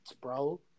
bro